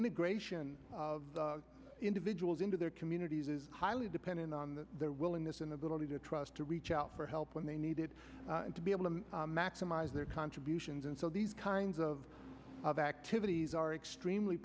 integration of individuals into their communities is highly dependent on their willingness and ability to trust to reach out for help when they needed to be able to maximise their contributions and so these kinds of of activities are extremely